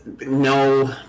No